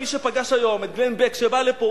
מי שפגש היום את גלן בק שבא לפה,